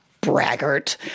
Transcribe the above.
Braggart